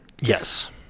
Yes